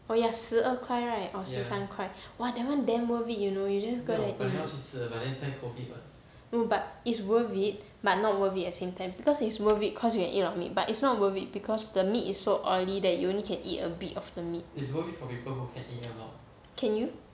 oh ya 十二块 right or 十三块 !wah! that one damn worth it you know you just go there to no but it's worth it but not worth it at same time because it's worth it cause you can eat a lot of meat but it's not worth it because the meat is so oily that you only can eat a bit of the meat can you